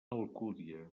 alcúdia